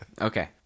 Okay